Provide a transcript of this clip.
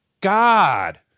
God